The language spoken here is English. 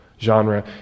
genre